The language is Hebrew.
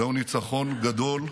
זהו ניצחון גדול.